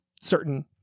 certain